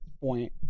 point